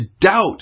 doubt